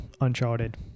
Uncharted